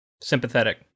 sympathetic